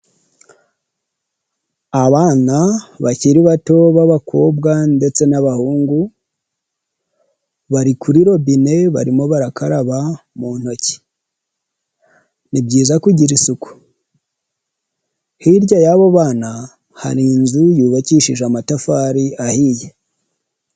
Abana bakiri bato b'abakobwa ndetse n'abahungu, bari kuri robine barimo barakaraba mu ntoki, ni byiza isuku, hirya y'abo bana hari inzu yubakishije amatafari ahiye.